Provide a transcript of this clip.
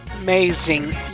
amazing